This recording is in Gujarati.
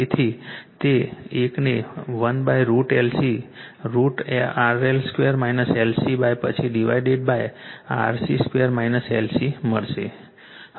તેથી તે એકને 1√LC √ RL 2 LC પછી ડિવાઇડેડ RC 2 LC મળે છે